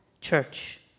Church